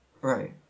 Right